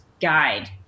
guide